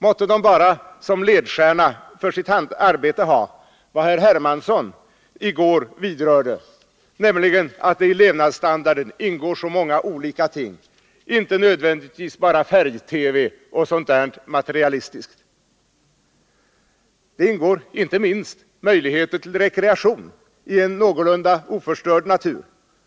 Måtte de bara som ledstjärna för sitt arbete ha vad herr Hermansson i går vidrörde, nämligen att det i levnadsstandarden ingår så många olika ting, inte nödvändigtvis bara färg-TV och sådant materialistiskt. Däri ingår inte minst möjligheter till rekreation i en någorlunda oförstörd natur.